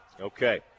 Okay